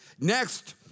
Next